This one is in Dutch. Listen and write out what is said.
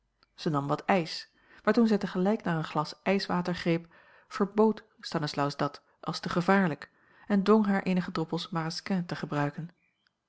zij nam wat ijs maar toen zij tegelijk naar een glas ijswater greep verbood stanislaus dat als te gevaarlijk en dwong haar eenige droppels marasquin te gebruiken